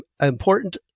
important